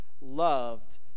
loved